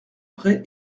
près